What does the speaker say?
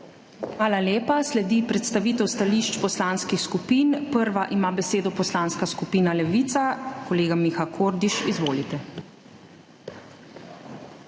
Hvala lepa. Sledi predstavitev stališč poslanskih skupin. Prva ima besedo Poslanska skupina Levica. Kolega Miha Kordiš, izvolite.